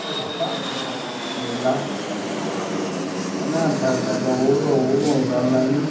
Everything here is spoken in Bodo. लाफा मुला बेफोर जानो आन्था आन्था गावबा गाव गावबा गाव मावनानै लायो